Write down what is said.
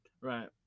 Right